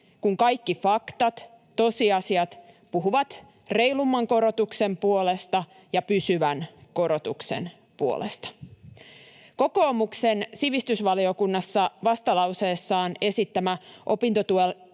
kun kaikki faktat, tosiasiat puhuvat reilumman korotuksen puolesta ja pysyvän korotuksen puolesta? Kokoomuksen sivistysvaliokunnassa vastalauseessaan esittämä opintotuen